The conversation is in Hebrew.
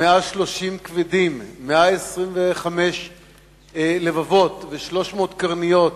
130 כבדים ו-125 לבבות ו-300 קרניות,